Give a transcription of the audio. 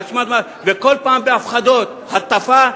וכל פעם בהפחדות: הטפה,